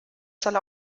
soll